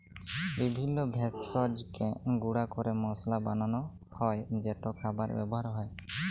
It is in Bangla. বিভিল্য ভেষজকে গুঁড়া ক্যরে মশলা বানালো হ্যয় যেট খাবারে ব্যাবহার হ্যয়